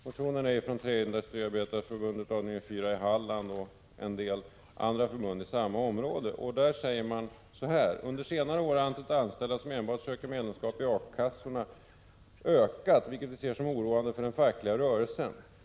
Motionen är från Träindustriarbetareförbundets avdelning 4 i Halland och en del andra förbund i samma område, och där sägs: ”Under senare år har antalet anställda som enbart söker medlemskap i A-kassorna ökat, vilket vi ser som oroande för den fackliga rörelsen.